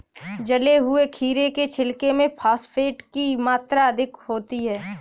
जले हुए खीरे के छिलके में फॉस्फेट की मात्रा अधिक होती है